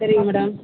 சரிங்க மேடம்